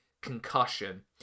concussion